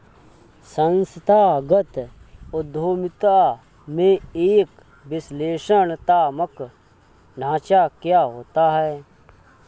संस्थागत उद्यमिता में एक विश्लेषणात्मक ढांचा क्या होता है?